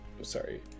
sorry